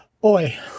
Boy